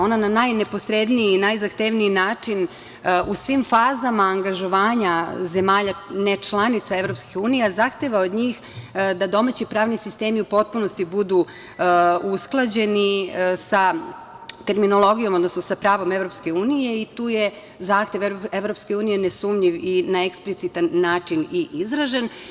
Ona na najneposredniji i najzahtevniji način u svim fazama angažovanja zemalja nečlanica Evropske unije zahteva od njih da domaći pravni sistemi u potpunosti budu usklađeni sa terminologijom, odnosno sa pravom Evropske unije i tu je zahtev Evropske unije nesumnjiv i na eksplicitan način i izražen.